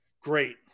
Great